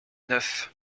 neuf